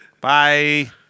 Bye